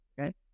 Okay